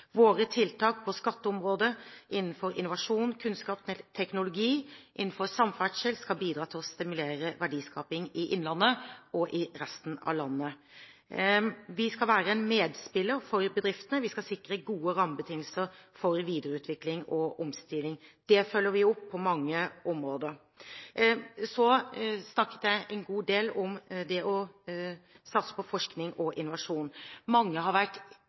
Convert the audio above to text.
skatteområdet og innenfor innovasjon, kunnskap, teknologi og samferdsel skal bidra til å stimulere til verdiskaping i innlandet og i resten av landet. Vi skal være en medspiller for bedriftene. Vi skal sikre gode rammebetingelser for videreutvikling og omstilling. Det følger vi opp på mange områder. Jeg snakket en god del om det å satse på forskning og innovasjon. Mange har vært